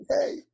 hey